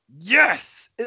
Yes